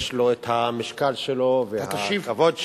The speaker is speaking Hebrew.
יש לו המשקל שלו והכבוד שלו,